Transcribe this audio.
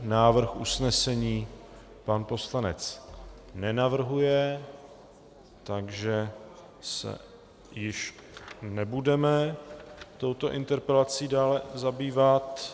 Návrh usnesení pan poslanec nenavrhuje, takže se již nebudeme touto interpelací dále zabývat.